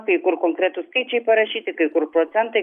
kai kur konkretūs skaičiai parašyti kai kur procentai